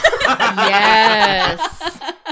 Yes